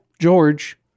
George